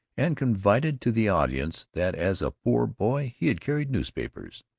and confided to the audiences that as a poor boy he had carried newspapers.